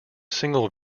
single